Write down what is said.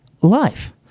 life